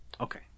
Okay